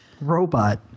robot